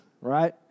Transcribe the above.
right